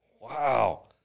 Wow